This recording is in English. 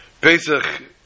Pesach